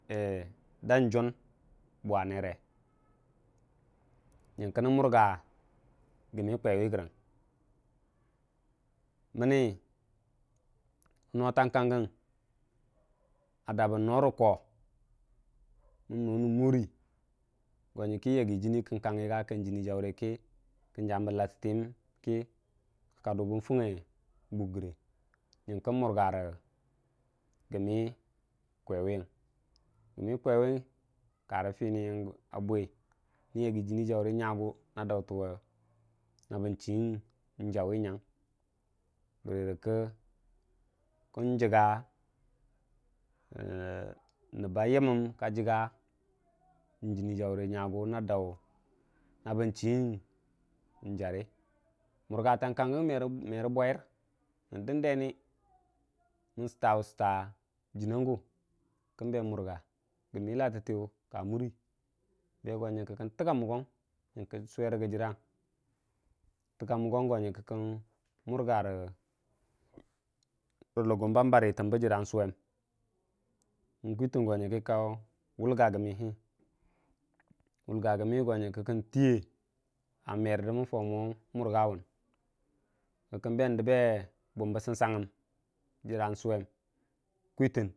dan jun bwanere nyəngke murga hi kwewi grang, mənni nootang kangən a dabbə noo rə koo mən noo nən morə kə ka duu yaggi jənni kəng kangi wmankə kən jambə lattəyəm kə kadu bən fungnge buk gəre myəng kən murga gəmmi kwaiwuyən nən yaggə jənni jaurə nyagu dautuwe na bən chii jare nyan, bərəkə kən jəgga nəbba yəm məm k jəgga n'jənni jaurə na dau n'chii jarrə murgutang kan gən merə bwayər nən dən deni mən stwa stwa jənninəngu go, nyənkə kən jək a muggong kə kən murga rə lugum bamba rətə jərra swom bən kwitən go nyənkə ka wulga gəmmihii go nyəkə kən tiiye a merdən Fau moo noo wun kə kən dabbe bum bə səngsangəm kwitən.